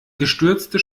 gestürzte